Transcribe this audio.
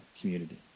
community